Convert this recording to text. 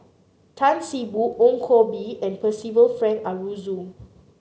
Tan See Boo Ong Koh Bee and Percival Frank Aroozoo